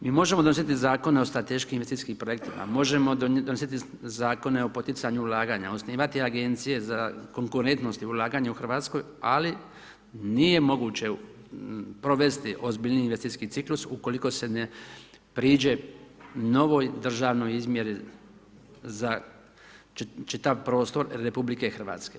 Mi možemo donositi zakone o strateškim investicijskim projektima, možemo donositi zakone o poticanju ulaganja, osnivati agencije za konkurentnost i ulaganja u Hrvatskoj, ali nije moguće provesti ozbiljniji investicijski ciklus, ukoliko se ne priđe novoj državnoj izmjeri za čitav prostor RH.